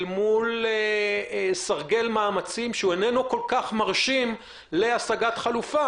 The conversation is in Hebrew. מול סרגל מאמצים שאינו מרשים לצורך הצגת חלופה.